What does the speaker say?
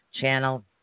channel